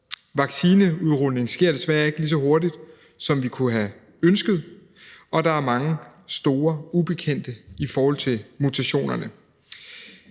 Vaccinationsudrulningen sker desværre ikke lige så hurtigt, som vi kunne have ønsket, og der er mange store ubekendte i forhold til mutationerne.